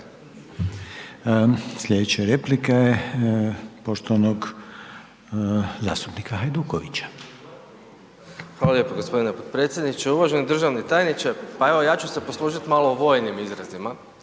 Slijedeća replika je poštovanog zastupnika Hajdukovića. **Hajduković, Domagoj (SDP)** Hvala lijepo g. potpredsjedniče. Uvaženi državni tajniče, pa evo ja ću se poslužiti malo vojnim izrazima,